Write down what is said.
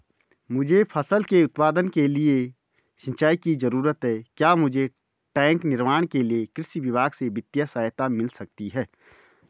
मुझे फसल के उत्पादन के लिए सिंचाई की जरूरत है क्या मुझे टैंक निर्माण के लिए कृषि विभाग से वित्तीय सहायता मिल सकती है?